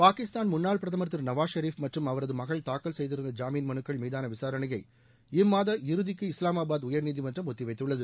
பாகிஸ்தான் முன்னாள் பிரதமர் திரு நவாஸ் ஷெரீப் மற்றும் அவரது மகள் தாக்கல் செய்திருந்த ஜாமீன் மனுக்கள் மீதான விசாரணையை ஜுலை மாத இறுதிக்கு இஸ்லாமாபாத் உயர்நீதிமன்றம் ஒத்தி வைத்துள்ளது